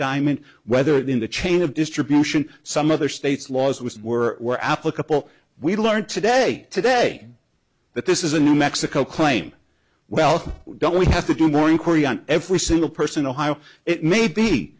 diamond whether that in the chain of distribution some other states laws were applicable we learned today today that this is a new mexico claim well don't we have to do more inquiry on every single person ohio it may be